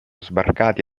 sbarcati